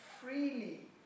freely